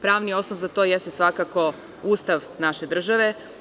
Pravni osnov za to jeste svakako Ustav naše države.